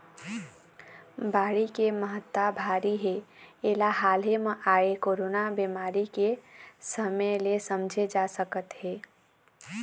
बाड़ी के महत्ता भारी हे एला हाले म आए कोरोना बेमारी के समे ले समझे जा सकत हे